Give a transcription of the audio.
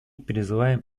призываем